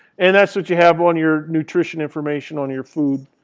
and that's what you have on your nutrition information on your food,